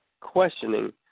questioning